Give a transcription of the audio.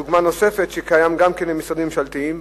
דוגמה נוספת שקיימת גם במשרדים ממשלתיים,